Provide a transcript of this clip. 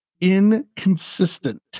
inconsistent